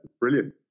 brilliant